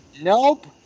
Nope